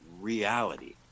reality